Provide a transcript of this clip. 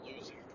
losing